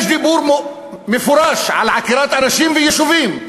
יש דיבור מפורש על עקירת אנשים ויישובים,